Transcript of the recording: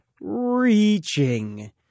Reaching